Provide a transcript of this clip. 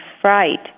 fright